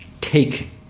take